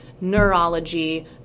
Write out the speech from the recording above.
neurology